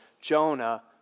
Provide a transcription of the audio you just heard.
Jonah